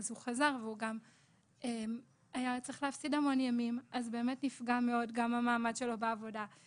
אז הוא חזר והיה צריך להפסיד המון ימים ובאמת המעמד שלו בעבודה נפגע.